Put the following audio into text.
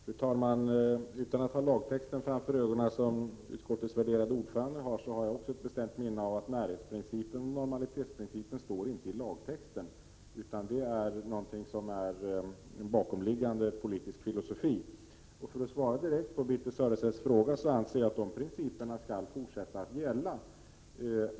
Fru talman! Utan att ha lagtexten för ögonen, som utskottets värderade ordförande har, har jag också ett bestämt minne av att närhetsprincipen och normaliseringsprincipen inte står i lagtexten, utan dessa principer innebär en bakomliggande politisk filosofi. För att svara direkt på Birthe Sörestedts fråga anser jag att dessa principer skall fortsätta att gälla.